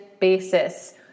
basis